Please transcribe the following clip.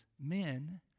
men